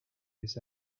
his